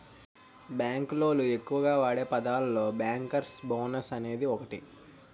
bank లోళ్ళు ఎక్కువగా వాడే పదాలలో బ్యేంకర్స్ బోనస్ అనేది ఒకటి